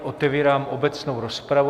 Otevírám obecnou rozpravu.